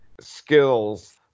skills